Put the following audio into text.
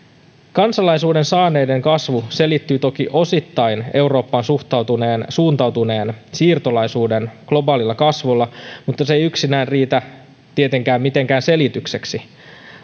kansalaisuuden saaneiden kasvu selittyy toki osittain eurooppaan suuntautuneen suuntautuneen siirtolaisuuden globaalilla kasvulla mutta se ei yksinään riitä tietenkään mitenkään selitykseksi